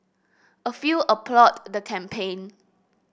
a few applauded the campaign